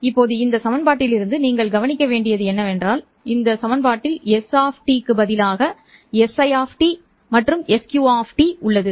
இப்போது இந்த சமன்பாட்டிலிருந்து நீங்கள் என்ன கவனிக்க முடியும் இந்த சமன்பாட்டில் s க்கு பதிலாக உள்ளது